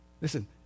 Listen